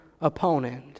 opponent